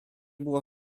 było